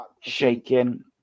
shaking